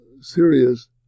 serious